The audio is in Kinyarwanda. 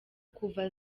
kuva